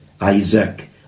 Isaac